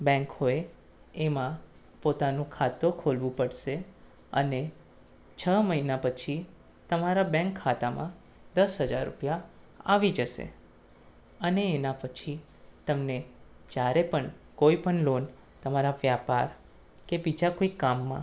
bank હોય એમાં પોતાનું ખાતું ખોલવું પડશે અને છ મહિના પછી તમારા બેંક ખાતામાં દસ હજાર રૂપિયા આવી જશે અને એના પછી તમને જ્યારે પણ કોઈ પણ લોન તમારા વ્યાપાર કે બીજા કોઈ કામમાં